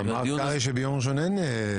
זאת